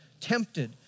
tempted